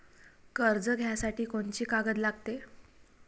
कर्ज घ्यासाठी कोनची कागद लागते?